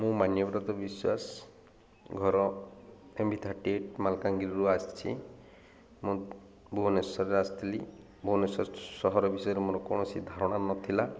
ମୁଁ ମାନ୍ୟବ୍ରତ ବିଶ୍ୱାସ ଘର M B thirty eight ମାଲକାନ୍ଗିରିରୁ ଆସିଛି ମୁଁ ଭୁବନେଶ୍ୱରରେ ଆସିଥିଲି ଭୁବନେଶ୍ୱର ସହର ବିଷୟରେ ମୋର କୌଣସି ଧାରଣା ନଥିଲା